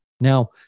Now